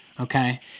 Okay